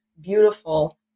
beautiful